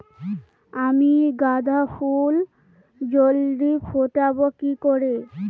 আমি গাঁদা ফুল জলদি ফোটাবো কি করে?